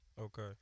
okay